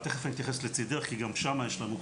תכף אני אתייחס ל"לצידך" כי גם שם יש לנו חלק,